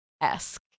Esque